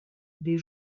des